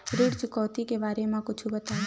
ऋण चुकौती के बारे मा कुछु बतावव?